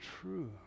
true